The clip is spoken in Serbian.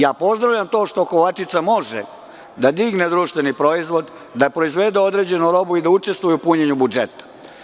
Ja pozdravljam to što Kovačica može da digne društveni proizvod, da proizvede određenu robu i da učestvuje u punjenju budžeta.